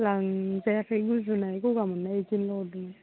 लांजायाखै गुजुनाय गगा मोननाय बिदिनिल' हरदोंमोन